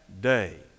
day